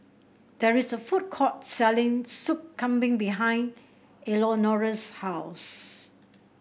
there is a food court selling Sup Kambing behind Eleonora's house